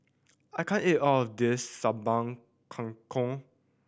I can't eat all of this Sambal Kangkong